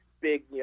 big